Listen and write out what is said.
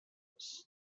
خاست